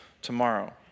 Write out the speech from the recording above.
tomorrow